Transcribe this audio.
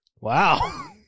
Wow